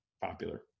popular